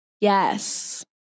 Yes